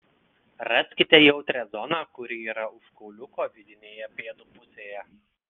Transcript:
raskite jautrią zoną kuri yra už kauliuko vidinėje pėdų pusėje